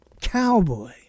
cowboy